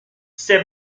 ces